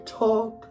talk